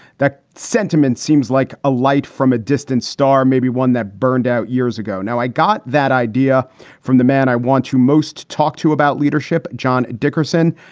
that sentiment seems like a light from a distant star, maybe one that burned out years ago. now, i got that idea from the man i want to most talk to about leadership. john dickerson.